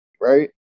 right